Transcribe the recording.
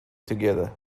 together